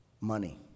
money